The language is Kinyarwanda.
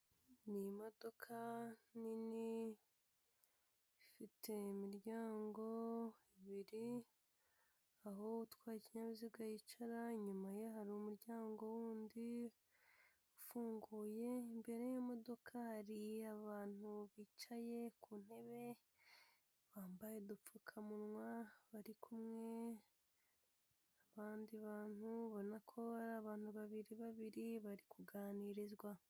Ni imodoka nini ifite imiryango ibiri aho utwara ikinyabiziga yicara inyuma ye hari umuryango wundi ufunguye ,imbere yiyo modoka hari abantu bicaye ku ntebe bambaye udupfukamunwa bari kumwe n'abandi bantu ubona ko ari abantu babiri babiri bari kuganirizwa.